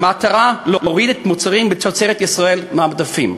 במטרה להוריד מוצרים מתוצרת ישראל מהמדפים,